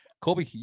Kobe